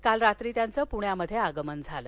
काल रात्री त्याच पुण्यात आगमन झालं